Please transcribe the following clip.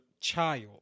child